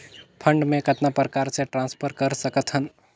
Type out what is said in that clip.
Fund मे कतना प्रकार से ट्रांसफर कर सकत हन?